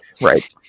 Right